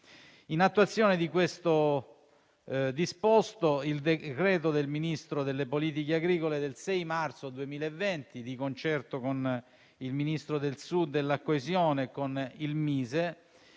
In attuazione di questo disposto, il decreto del Ministro delle politiche agricole del 6 marzo 20, di concerto con il Ministro del Sud e della coesione e con il Mise,